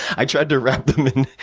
i tried to wrap them in